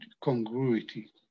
congruity